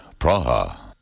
Praha